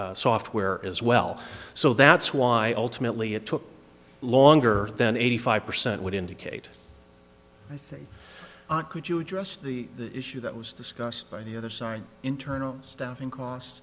software as well so that's why ultimately it took longer than eighty five percent would indicate i think could you address the issue that was discussed by the other sign internal staffing cost